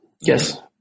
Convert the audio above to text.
Yes